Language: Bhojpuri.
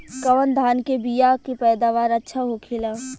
कवन धान के बीया के पैदावार अच्छा होखेला?